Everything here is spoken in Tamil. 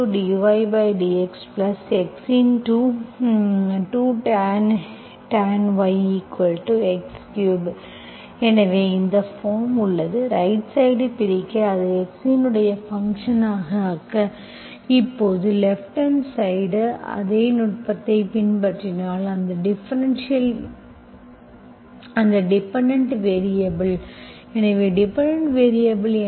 2tan y x3 எனவே இந்த பார்ம் உள்ளது ரைட் சைடு பிரிக்க அதை x இன் ஃபங்க்ஷன் ஆக ஆக்க இப்போது லேப்ப்ட்ஹாண்ட் சைடு அதே நுட்பத்தை பின்பற்றினால் அந்த டிபெண்டென்ட் வேரியபல் எனவே டிபெண்டென்ட் வேரியபல் என்ன